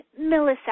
milliseconds